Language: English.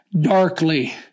darkly